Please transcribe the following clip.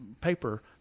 paper